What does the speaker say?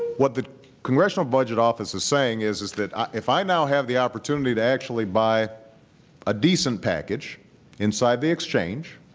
what the congressional budget office is saying is, is that if i now have the opportunity to actually buy a decent package inside the exchange